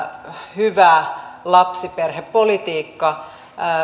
hyvä lapsiperhepolitiikka